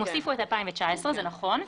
הם הוסיפו את 2019, זה נכון.